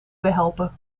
behelpen